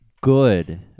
good